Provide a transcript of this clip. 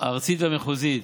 ארצית ומחוזית,